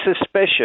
suspicious